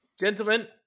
Gentlemen